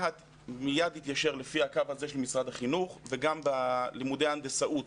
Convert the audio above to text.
מה"ט מיד התקשר לפי הקו הזה של משרד החינוך וגם בלימודי ההנדסאות